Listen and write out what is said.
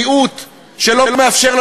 גם ככנסת וגם בחקיקה.